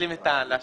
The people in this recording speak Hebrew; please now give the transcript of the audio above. להשלים את הדברים.